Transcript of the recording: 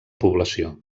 població